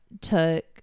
took